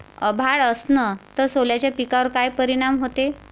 अभाळ असन तं सोल्याच्या पिकावर काय परिनाम व्हते?